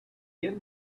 give